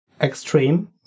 extreme